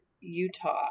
Utah